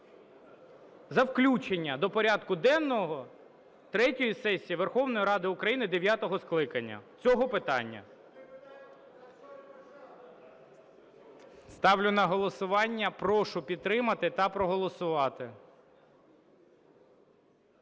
За включення до порядку денного третьої сесії Верховної Ради дев'ятого скликання цього питання. Ставлю на голосування. Прошу підтримати та проголосувати.